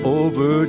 over